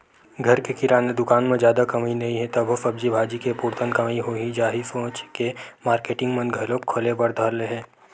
घर के किराना दुकान म जादा कमई नइ हे तभो सब्जी भाजी के पुरतन कमई होही जाथे सोच के मारकेटिंग मन घलोक खोले बर धर ले हे